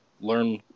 learn